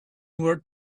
were